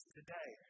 today